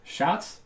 Shots